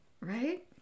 Right